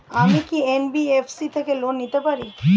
আমি কি এন.বি.এফ.সি থেকে লোন নিতে পারি?